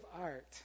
art